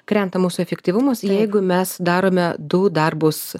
krenta mūsų efektyvumas jeigu mes darome du darbus